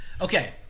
okay